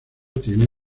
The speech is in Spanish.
tiene